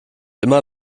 immer